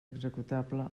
executable